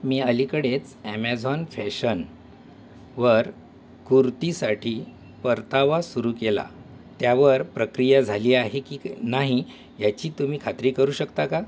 मी अलीकडेच ॲमॅझॉन फॅशनवर कुर्तीसाठी परतावा सुरू केला त्यावर प्रक्रिया झाली आहे की क् नाही याची तुम्ही खात्री करू शकता का